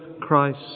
Christ